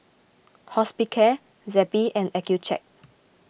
Hospicare Zappy and Accucheck